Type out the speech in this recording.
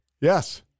Yes